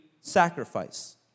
sacrifice